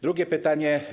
Drugie pytanie.